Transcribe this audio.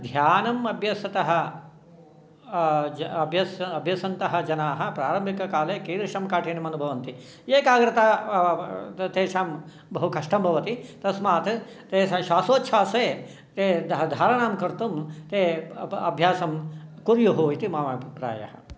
ध्यानम् अभ्यसतः अभ्यसन्तः जनाः प्रारम्भिककाले किदृशं काठिन्यम् अनुभवन्ति एकाग्रता तेषां बहुकष्टं भवति तस्मात् ते श्वासोच्छासे ते धारणं कर्तुं ते अभ्यासं कुर्युः इति मम अभिप्रायः